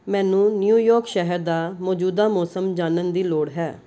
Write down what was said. ਮੈਨੂੰ ਨਿਊਯਾਰਕ ਸ਼ਹਿਰ ਦਾ ਮੌਜੂਦਾ ਮੌਸਮ ਜਾਨਣ ਦੀ ਲੋੜ ਹੈ